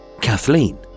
Kathleen